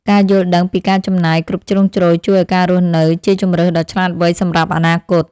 ការយល់ដឹងពីការចំណាយគ្រប់ជ្រុងជ្រោយជួយឱ្យការរស់នៅជាជម្រើសដ៏ឆ្លាតវៃសម្រាប់អនាគត។